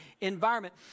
environment